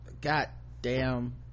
Goddamn